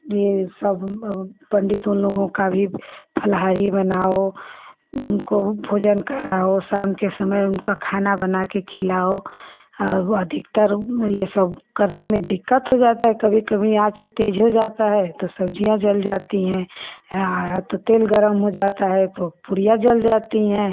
ये सब पंडितों लोगों का भी फल्हारी बनाओ उनको भोजन कराओ भोजन के समय उनका खाना बना के खिलाओ औ अधिकतर यह सब करने में दिक्कत हो जाता है कभी कभी आँच तेज़ हो जाता है तो सब्जियाँ जल जाती हैं तेल गर्म हो जाता है तो पूड़ियाँ जल जाती हैं